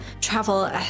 travel